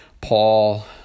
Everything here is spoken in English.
Paul